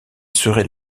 serait